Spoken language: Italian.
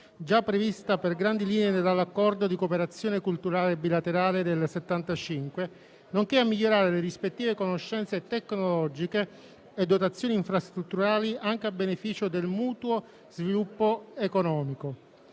già prevista per grandi linee dall'Accordo di cooperazione culturale bilaterale del 1975, nonché a migliorare le rispettive conoscenze tecnologiche e dotazioni infrastrutturali, anche a beneficio del mutuo sviluppo economico.